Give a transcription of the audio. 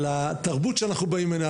על התרבות שאנחנו באים ממנה,